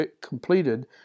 completed